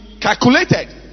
calculated